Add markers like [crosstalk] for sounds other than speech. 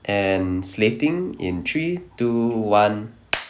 and slating in three two one [noise]